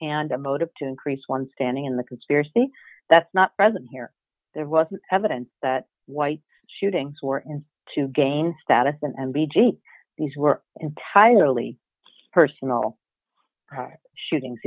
a motive to increase one's standing in the conspiracy that's not present here there wasn't evidence that white shootings were in to gain status in n b g these were entirely personal shooting